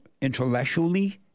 intellectually